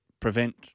prevent